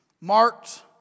marked